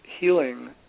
healing